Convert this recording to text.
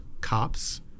cops